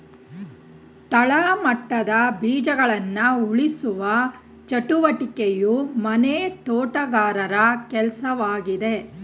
ತಳಮಟ್ಟದ ಬೀಜಗಳನ್ನ ಉಳಿಸುವ ಚಟುವಟಿಕೆಯು ಮನೆ ತೋಟಗಾರರ ಕೆಲ್ಸವಾಗಿದೆ